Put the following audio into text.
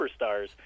superstars